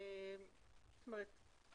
זאת אומרת